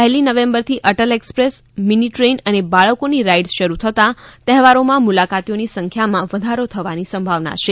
પહેલી નવેમ્બરથી Atal express mini train અને બાળકોની રાઇટ શરૂ થતાં તહેવારોમાં મુલાકાતીઓની સંખ્યામાં વધારો થવાની સંભાવના છે